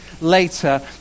later